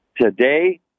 Today